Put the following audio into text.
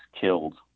killed